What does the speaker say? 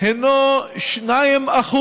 הינו 2%,